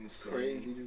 crazy